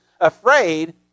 afraid